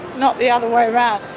not the other way around.